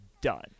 done